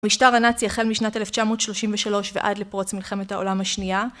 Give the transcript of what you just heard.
משטר הנאצי החל משנת 1933 ועד לפרוץ מלחמת העולם השנייה